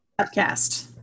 podcast